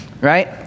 right